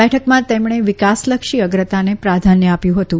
બેઠકમાં તેમણે વિકાસલક્ષી અગ્રતાને પ્રાધાન્ય આપ્યું હતું